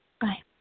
Bye